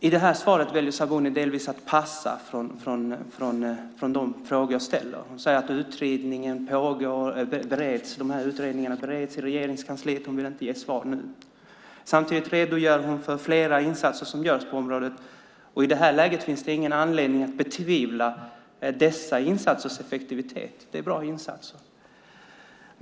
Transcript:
I det här svaret väljer Sabuni delvis att passa från de frågor jag ställer. Hon säger att utredningarna bereds i Regeringskansliet, hon vill inte ge svar nu. Samtidigt redogör hon för flera insatser som görs på området. I det här läget finns det ingen anledning att betvivla dessa insatsers effektivitet. Det är bra insatser.